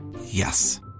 Yes